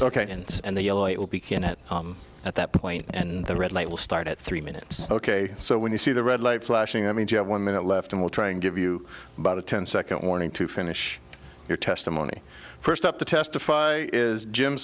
seconds and the yellow light will be can it at that point and the red light will start at three minutes ok so when you see the red light flashing i mean you have one minute left and we'll try and give you about a ten second warning to finish your testimony first up to testify is jim